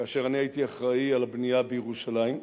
כאשר אני הייתי אחראי לבנייה בירושלים,